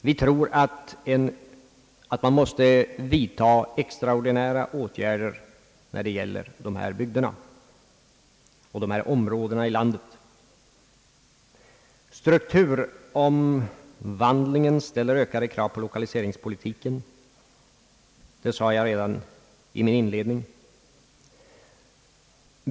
Vi tror att man måste vidta extraordinära åtgärder när det gäller dessa bygder och områden i landet. Strukturomvandlingen ställer ökade krav på lokaliseringspolitiken. Det sade jag redan i min inledning.